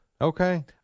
Okay